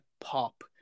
pop